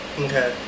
Okay